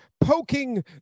poking